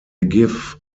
give